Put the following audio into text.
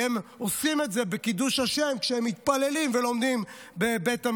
כי הם עושים את זה לקידוש השם כשהם מתפללים ולומדים בבית המדרש.